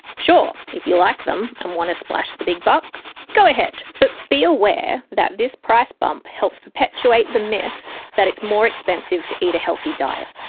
sure, if you like them and want to splash the big bucks, go ahead, but be aware that this price bump helps perpetuate the myth that it's more expensive to eat a healthy diet.